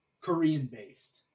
Korean-based